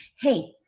hey